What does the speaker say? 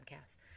podcasts